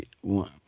one